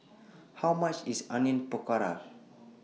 How much IS Onion Pakora